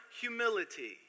humility